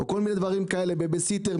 זה בייביסיטר,